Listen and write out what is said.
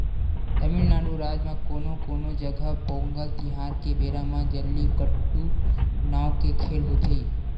तमिलनाडू राज म कोनो कोनो जघा पोंगल तिहार के बेरा म जल्लीकट्टू नांव के खेल होथे